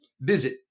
visit